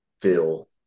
feel